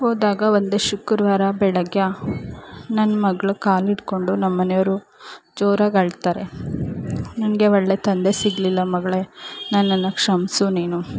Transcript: ಹೋದಾಗ ಒಂದು ಶುಕ್ರವಾರ ಬೆಳಗ್ಗೆ ನನ್ನ ಮಗಳು ಕಾಲ್ಹಿಡ್ಕೊಂಡು ನಮ್ಮ ಮನೆಯವ್ರು ಜೋರಾಗಿ ಅಳ್ತಾರೆ ನಿನಗೆ ಒಳ್ಳೆಯ ತಂದೆ ಸಿಗಲಿಲ್ಲ ಮಗಳೇ ನನ್ನನ್ನು ಕ್ಷಮಿಸು ನೀನು